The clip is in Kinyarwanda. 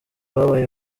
babaye